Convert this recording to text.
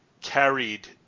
carried